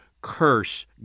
curse